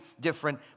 different